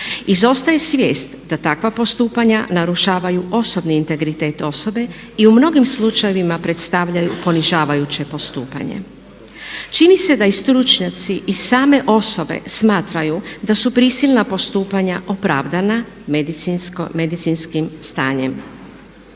Izostaje svijest da takva postupanja narušavaju osobni integritet osobe i u mnogim slučajevima predstavljaju ponižavajuće postupanje. Čini se da i stručnjaci i same osobe smatraju da su prisilna postupanja opravdana medicinskim stanjem.